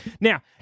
Now